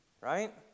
Right